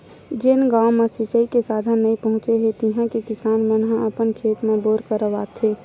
जेन गाँव म सिचई के साधन नइ पहुचे हे तिहा के किसान मन ह अपन खेत म बोर करवाथे